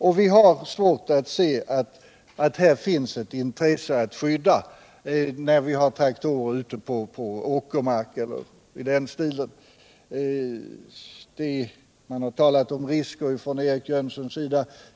Och vi har svårt att se att det föreligger ett intresse att skydda, när man framför t.ex. traktorer ute på åkermark och därmed jämförbara områden. Eric Jönsson har talat om risker.